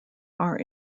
are